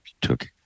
took